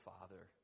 Father